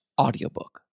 audiobook